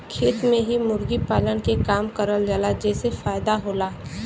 खेत में ही मुर्गी पालन के काम करल जाला जेसे फायदा होला